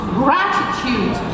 gratitude